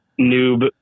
noob